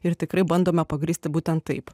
ir tikrai bandome pagrįsti būtent taip